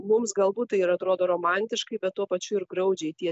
mums galbūt tai ir atrodo romantiškai bet tuo pačiu ir graudžiai tie